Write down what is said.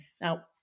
Now